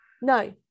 No